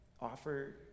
offer